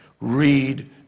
read